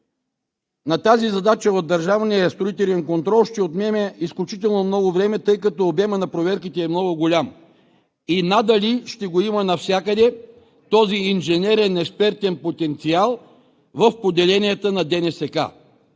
на тази задача от държавния строителен контрол ще отнеме изключително много време, тъй като обемът проверките е много голям и надали ще го има навсякъде този инженерен, експертен потенциал в поделенията на ДНСК.